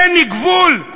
אין גבול?